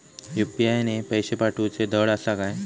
UPI ने पैशे पाठवूचे धड आसा काय?